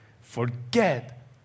forget